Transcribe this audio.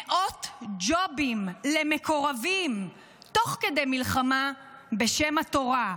מאות ג'ובים למקורבים תוך כדי מלחמה בשם התורה,